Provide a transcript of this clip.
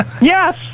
Yes